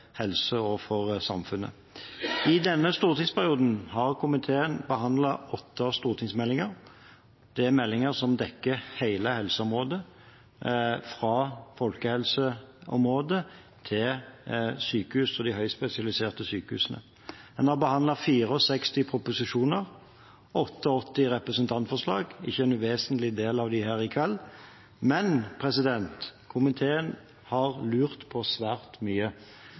helse og for samfunnet. I denne stortingsperioden har komiteen behandlet åtte stortingsmeldinger. Dette er meldinger som dekker hele helseområdet, fra folkehelseområdet til sykehus og de høyt spesialiserte sykehusene. En har behandlet 64 proposisjoner, 88 representantforslag – ikke en uvesentlig del av dem her i kveld. Og komiteen har lurt på svært mye.